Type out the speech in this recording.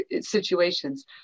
situations